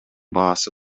баасы